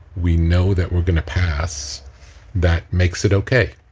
we know that we're going to pass that makes it okay.